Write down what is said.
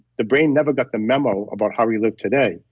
the brain never got the memo about how we live today.